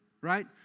right